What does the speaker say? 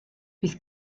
bydd